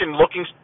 looking